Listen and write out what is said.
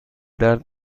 درد